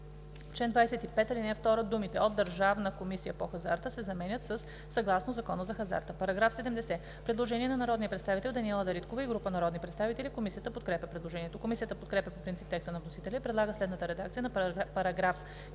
ал. 2 думите „от Държавната комисия по хазарта“ се заменят със „съгласно Закона за хазарта“.“ По § 70 има предложение на народния представител Даниела Дариткова и група народни представители. Комисията подкрепя предложението. Комисията подкрепя по принцип текста на вносителя и предлага следната редакция на §